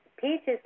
Peaches